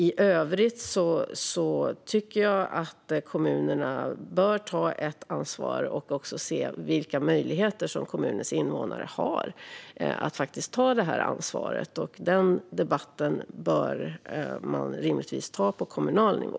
I övrigt tycker jag att kommunerna bör ta ett ansvar och se vilka möjligheter som kommunens invånare har att ta detta ansvar. Den debatten bör man rimligtvis ta på kommunal nivå.